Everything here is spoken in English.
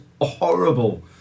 horrible